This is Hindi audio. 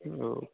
ओ